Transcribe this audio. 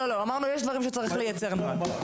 לא.אמרנו שיש דברים שצריך לייצר נוהל.